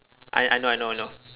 I I know I know I know